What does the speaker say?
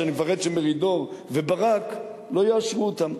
שאני מפחד שמרידור וברק לא יאשרו אותם.